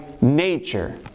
nature